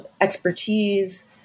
expertise